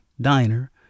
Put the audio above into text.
diner